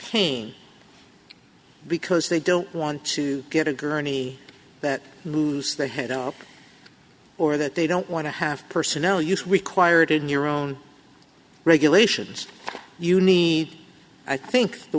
pain because they don't want to get a gurney that moves the head up or that they don't want to have personnel use required in your own regulations you need i think the